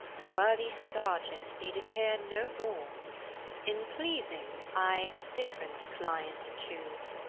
the worthy serjeant need appear no more in pleasing i a different client choose,